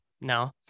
No